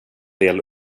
del